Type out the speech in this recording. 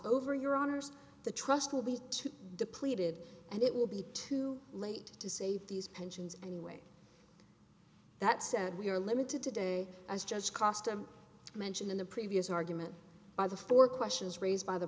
over your honors the trust will be too depleted and it will be too late to save these pensions anyway that said we are limited today as judge cost of mention in the previous argument by the four questions raised by the